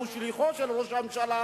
שהוא שליחו של ראש הממשלה,